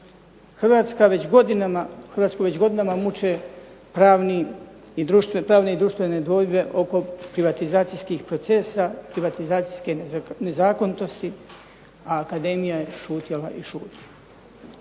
Hrvatsku već godinama muče pravni i društvene dvojbe oko privatizacijskih procesa, privatizacijske nezakonitosti, a akademija je šutjela i šutjela.